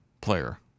player